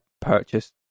purchase